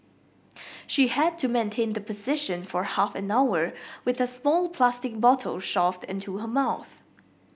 she had to maintain the position for half an hour with a small plastic bottle shoved into her mouth